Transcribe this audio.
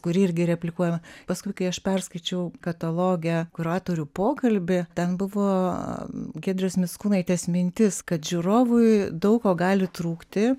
kuri irgi replikuojama paskui kai aš perskaičiau kataloge kuratorių pokalbį ten buvo giedrės mickūnaitės mintis kad žiūrovui daug ko gali trūkti